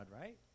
right